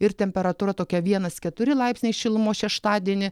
ir temperatūra tokia vienas keturi laipsniai šilumos šeštadienį